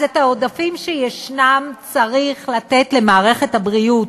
אז את העודפים שישנם צריך לתת למערכת הבריאות,